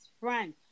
friend